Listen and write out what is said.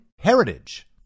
heritage